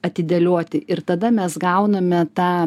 atidėlioti ir tada mes gauname tą